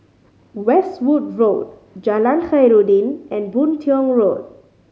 Westwood Road Jalan Khairuddin and Boon Tiong Road